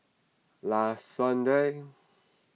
last Sunday